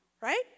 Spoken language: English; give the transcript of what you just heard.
right